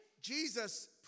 Jesus